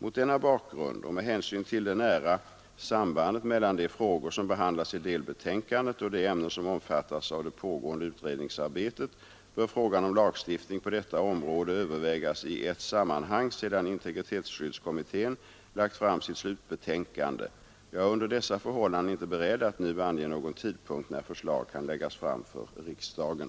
Mot denna bakgrund och med hänsyn till det nära sambandet mellan de frågor som behandlas i delbetänkandet och de ämnen som omfattas av det pågående utredningsarbetet bör frågan om lagstiftning på detta område övervägas i ett sammanhang, sedan integritetsskyddskommittén lagt fram sitt slutbetänkande. Jag är under dessa förhållanden inte beredd att nu ange någon tidpunkt när förslag kan läggas fram för riksdagen.